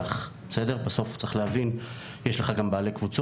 בסוף בסוף בסוף זה נפלא שיש ליגת העל,